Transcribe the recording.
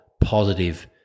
positive